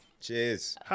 Cheers